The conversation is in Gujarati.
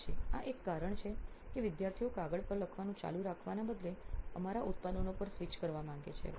ઠીક છે આ એક કારણ છે કે વિદ્યાર્થીઓ કાગળ પર લખવાનું ચાલુ રાખવાને બદલે અમારા ઉત્પાદનો પર સ્વિચ કરવા માગે છે